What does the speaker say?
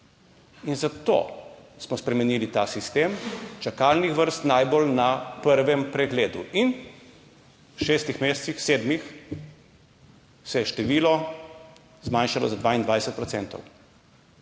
In zato smo spremenili ta sistem čakalnih vrst najbolj na prvem pregledu. In v šestih mesecih, sedmih se je število zmanjšalo za 22